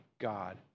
God